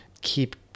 keep